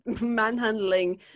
manhandling